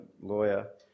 lawyer